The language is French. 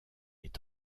est